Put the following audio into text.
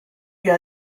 you